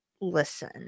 listen